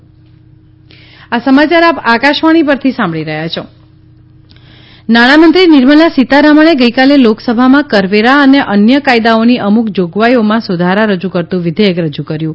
લોકસભા નાણાં મંત્રી નાણામંત્રી નિર્મલા સીતારમણે ગઇકાલે લોકસભામાં કરવેરા અને અન્ય કાયદાઓની અમુક જોગવાઇમાં સુધારા રજુ કરતું વિઘેયક રજુ કર્યુ